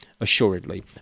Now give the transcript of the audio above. assuredly